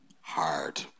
hard